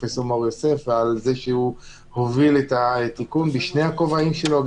מור-יוסף על זה שהוא מוביל את התיקון בשני הכובעים שלו: